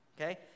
okay